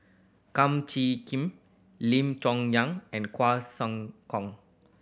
Kum Chee Kim Lim Chong Yang and Quah Sam Kong